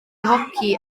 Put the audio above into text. hoci